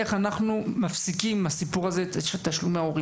איך אנחנו מפסיקים עם הסיפור הזה של תשלומי הורים.